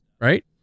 Right